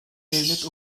devlet